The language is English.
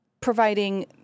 providing